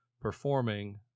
performing